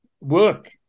work